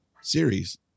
series